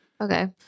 Okay